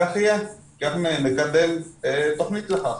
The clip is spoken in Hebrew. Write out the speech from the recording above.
כך נקדם תוכנית לכך.